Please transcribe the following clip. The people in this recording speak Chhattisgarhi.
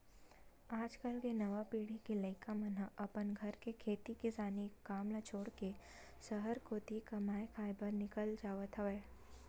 आज कल के नवा पीढ़ी के लइका मन ह अपन घर के खेती किसानी काम ल छोड़ के सहर कोती कमाए खाए बर निकल जावत हवय